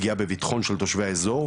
פגיעה בביטחון של תושבי האזור,